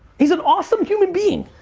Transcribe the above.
he's an awesome human being.